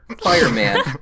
fireman